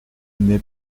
n’est